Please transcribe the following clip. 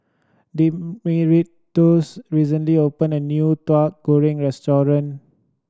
Dimitrios recently opened a new Tauhu Goreng restaurant